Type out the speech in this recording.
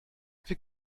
wir